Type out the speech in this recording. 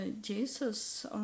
Jesus